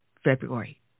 February